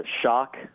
Shock